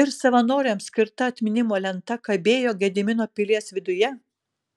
ir savanoriams skirta atminimo lenta kabėjo gedimino pilies viduje